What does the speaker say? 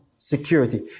Security